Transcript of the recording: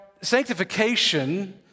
sanctification